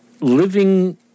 Living